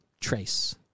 trace